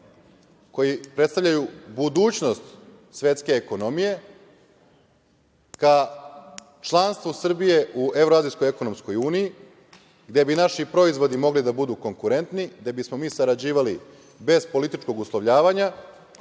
koji predstavljaju budućnost svetske ekonomije ka članstvu Srbije u Evroazijskoj ekonomskoj uniji, gde bi naši proizvodi mogli da budu konkurentni, gde bismo mi sarađivali bez političkog uslovljanja